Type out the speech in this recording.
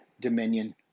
dominion